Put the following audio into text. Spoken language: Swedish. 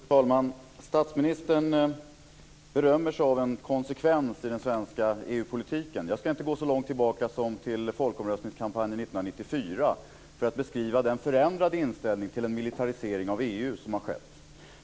Fru talman! Statsministern berömmer sig av en konsekvens i den svenska EU-politiken. Jag ska inte gå så långt tillbaka som till folkomröstningskampanjen 1994 för att beskriva den förändrade inställning till en militarisering av EU som har skett.